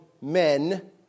men